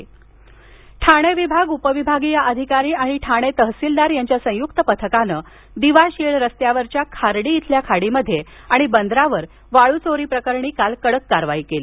वाळू कारवाई ठाणे विभाग उपविभागीय अधिकारी आणि ठाणे तहसीलदार यांच्या संयुक्त पथकानं दिवा शीळ रस्त्यावरच्या खार्डी इथल्या खाडीमध्ये आणि बंदरावर वाळूचोरी प्रकरणी काल कडक कारवाई केली